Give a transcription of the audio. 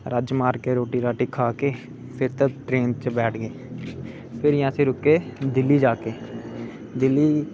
रज्ज मारके रोटी खा के फिर ट्रेन च बैठ गै फिरी असीं रुके दिल्ली जाके दिल्ली